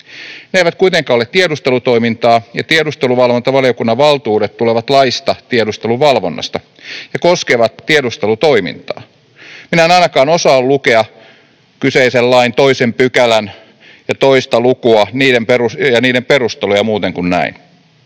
Ne eivät kuitenkaan ole tiedustelutoimintaa, ja tiedusteluvalvontavaliokunnan valtuudet tulevat laista tiedusteluvalvonnasta ja koskevat tiedustelutoimintaa. Minä en ainakaan osaa lukea kyseisen lain 1 luvun 2 §:ää ja 2 lukua ja niiden perusteluja muuten kuin näin.